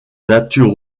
nature